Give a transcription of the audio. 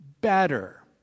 better